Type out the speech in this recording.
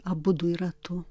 abudu yra tu